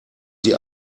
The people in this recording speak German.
sie